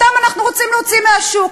אותם אנחנו רוצים להוציא מהשוק.